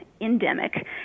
endemic